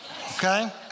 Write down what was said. Okay